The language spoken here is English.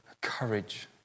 courage